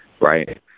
right